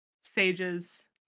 sages